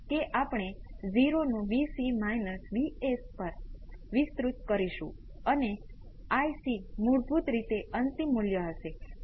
તેથી ચાલો જયારે t બરાબર 0 હોય ત્યારે આ સ્ટેપને 5 વોલ્ટ કહીએ અને પછી આ 2 મિલીએમ્પ લો ખાસ બાબતોથી કોઈ ફરક પડતો નથી